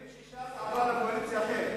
רואים שש"ס עברו לקואליציה אחרת.